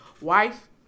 wife